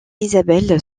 isabelle